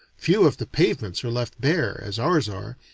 few of the pavements are left bare, as ours are,